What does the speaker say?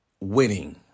winning